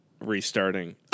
restarting